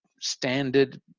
standard